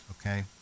okay